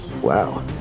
Wow